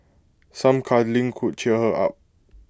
some cuddling could cheer her up